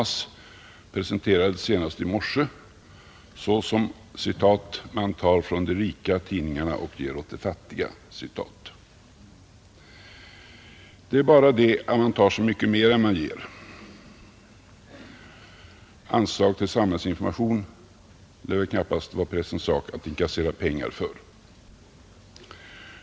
Den presenterades senast i morse så att ”man tar från de rika tidningarna och ger åt de fattiga”. Det är bara det att man tar så mycket mer än man ger. Anslag till samhällsinformation lär det väl knappast vara pressens sak att inkassera pengar för.